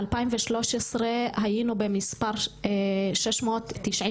בשנת 2013 היינו במספר של 697